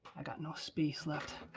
i got no space left.